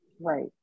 Right